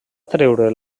atreure